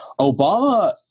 Obama